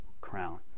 crown